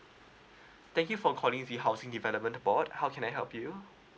thank you for calling the housing development aboard how can I help you